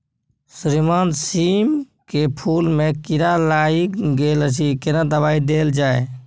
श्रीमान सीम के फूल में कीरा लाईग गेल अछि केना दवाई देल जाय?